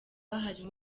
harimo